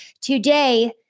today